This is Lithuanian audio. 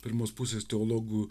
pirmos pusės teologų